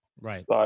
Right